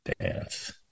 dance